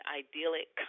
idyllic